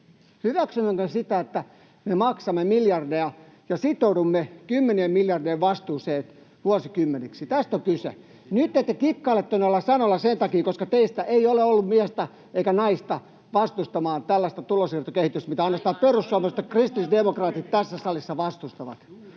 Hyväksymmekö sen, että me maksamme miljardeja ja sitoudumme kymmenien miljardien vastuuseen vuosikymmeniksi? Tästä on kyse. Nytten te kikkailette noilla sanoilla sen takia, että teissä ei ole ollut miestä eikä naista vastustamaan tällaista tulonsiirtokehitystä, mitä ainoastaan perussuomalaiset ja kristillisdemokraatit tässä salissa vastustavat,